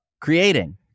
creating